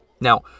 Now